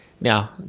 Now